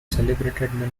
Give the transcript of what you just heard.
celebrated